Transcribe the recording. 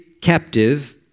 captive